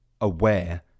aware